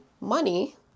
money